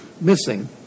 missing